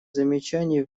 замечаний